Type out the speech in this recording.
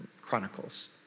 Chronicles